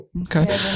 Okay